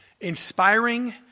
inspiring